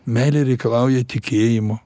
meilė reikalauja tikėjimo